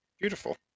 Beautiful